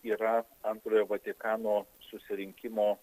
yra antrojo vatikano susirinkimo